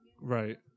Right